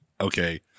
Okay